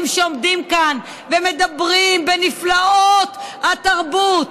שעומדים כאן ומדברים בנפלאות התרבות,